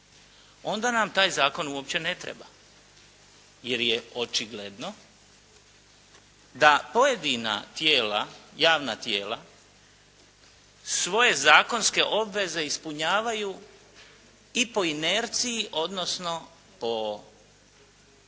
onda nam taj zakon uopće ne treba, jer je očigledno da pojedina tijela, javna tijela svoje zakonske obveze ispunjavaju i po inerciji, odnosno po samom